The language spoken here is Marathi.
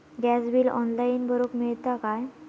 गॅस बिल ऑनलाइन भरुक मिळता काय?